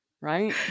right